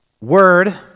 word